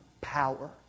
power